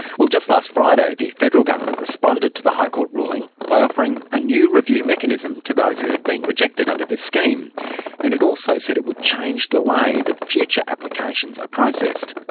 well, last friday, the federal government responded to the high court ruling by offering a new review mechanism to those who had been rejected under thisscheme. and it also said it would change the way that future applications are processed.